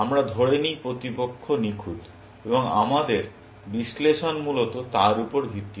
আমরা ধরে নিই প্রতিপক্ষ নিখুঁত এবং আমাদের বিশ্লেষণ মূলত তার উপর ভিত্তি করে